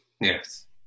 Yes